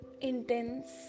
intense